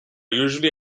usually